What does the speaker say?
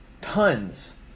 tons